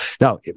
Now